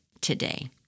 today